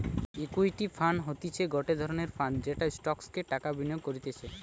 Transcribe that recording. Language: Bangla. ইকুইটি ফান্ড হতিছে গটে ধরণের ফান্ড যেটা স্টকসে টাকা বিনিয়োগ করতিছে